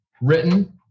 written